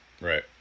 right